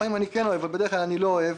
לפעמים אני כן אוהב אבל בדרך כלל אני לא אוהב.